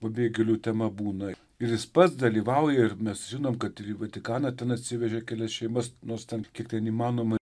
pabėgėlių tema būna ir jis pats dalyvauja ir mes žinom kad vatikaną ten atsivežė kelias šeimas nors ten kiek ten įmanoma